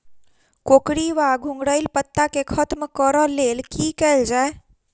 कोकरी वा घुंघरैल पत्ता केँ खत्म कऽर लेल की कैल जाय?